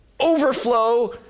overflow